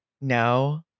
no